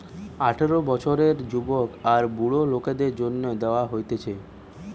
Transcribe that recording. আঠারো বছরের যুবক আর বুড়া লোকদের জন্যে দেওয়া হতিছে